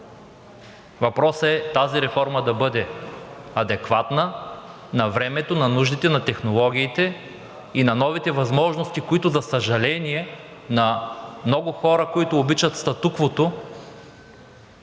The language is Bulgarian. Въпросът е тази реформа да бъде адекватна на времето, на нуждите, на технологиите и на новите възможности, които, за съжаление на много хора, които обичат статуквото,